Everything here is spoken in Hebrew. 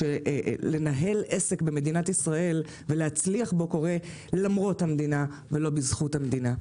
שלנהל עסק במדינת ישראל ולהצליח בו קורה למרות המדינה ולא בזכות המדינה.